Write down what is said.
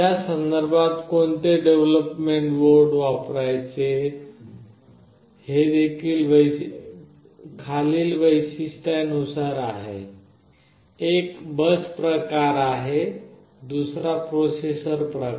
त्या संदर्भात कोणते डेव्हलोपमेंट बोर्ड वापरायचे हे खालील वैशिष्ट्यांनुसार आहे एक बस प्रकार आहे दुसरा प्रोसेसर प्रकार